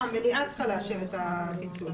המליאה צריכה לאשר את הפיצול.